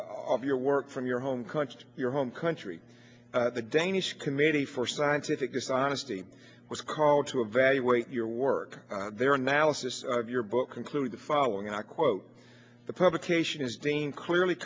of your work from your home country your home country the danish committee for scientific dishonesty was called to evaluate your work their analysis of your books including the following and i quote the publication is dean clearly